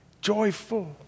joyful